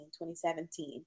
2017